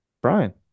Brian